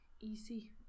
easy